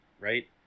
right